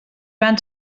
van